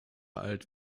alt